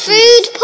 Food